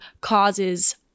causes